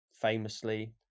famously